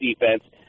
defense